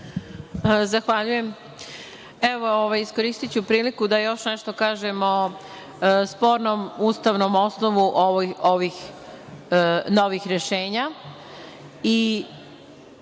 Zahvaljujem. Iskoristiću priliku da još nešto kažem o spornom ustavnom osnovu ovih novih rešenja